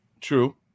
True